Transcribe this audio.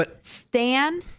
Stan